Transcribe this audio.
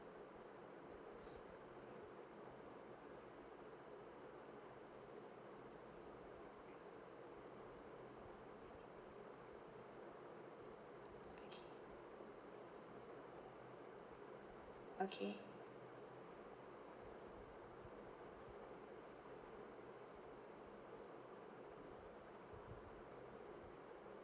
okay okay